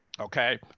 okay